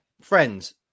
Friends